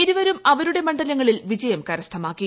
ഇരുവരും അവരുടെ മണ്ഡലങ്ങളിൽ വിജയം കരസ്ഥമാക്കി